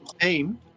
team